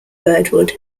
birdwood